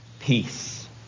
Peace